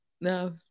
no